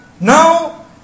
Now